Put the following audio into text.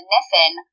Niffin